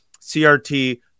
CRT